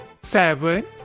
seven